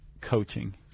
coaching